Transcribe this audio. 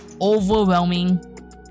overwhelming